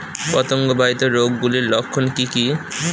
পতঙ্গ বাহিত রোগ গুলির লক্ষণ কি কি?